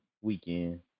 weekend